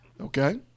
Okay